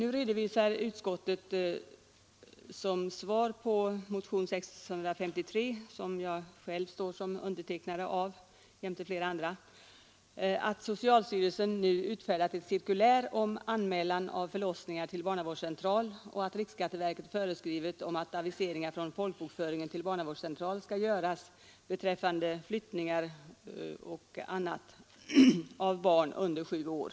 Utskottet redovisar som svar på motionen 653, som jag själv jämte flera andra står som undertecknare av, att socialstyrelsen nu utsänt ett cirkulär om anmälan av förlossningar till barnavårdscentral och att riksskatteverket meddelat föreskrifter om att aviseringar från folkbokföringen till barnavårdscentral skall göras beträffande flyttningar etc. av barn under sju år.